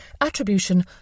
attribution